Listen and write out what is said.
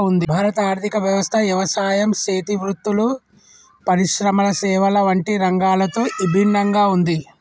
భారత ఆర్థిక వ్యవస్థ యవసాయం సేతి వృత్తులు, పరిశ్రమల సేవల వంటి రంగాలతో ఇభిన్నంగా ఉంది